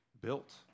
built